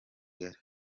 kigali